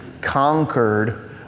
conquered